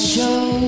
Show